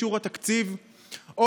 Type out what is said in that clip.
ישראל ידעה בעבר תקציבים המשכיים,